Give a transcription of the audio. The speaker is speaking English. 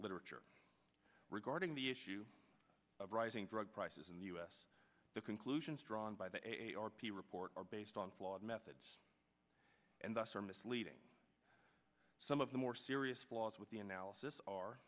literature regarding the issue of rising drug prices in the us the conclusions drawn by the eight or p report are based on flawed methods and thus are misleading some of the more serious flaws with the analysis